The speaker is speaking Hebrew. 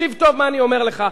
תקשיב טוב מה אני אומר לך,